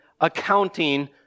accounting